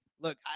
Look